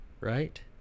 Right